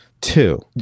Two